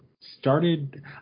started